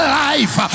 life